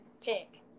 pick